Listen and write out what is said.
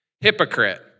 Hypocrite